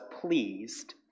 pleased